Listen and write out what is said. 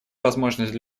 возможность